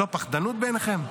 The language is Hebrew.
זו פחדנות בעיניכם?